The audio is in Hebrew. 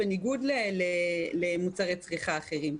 בניגוד למוצרי צריכה אחרים,